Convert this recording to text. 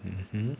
mmhmm